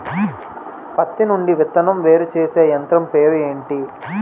పత్తి నుండి విత్తనం వేరుచేసే యంత్రం పేరు ఏంటి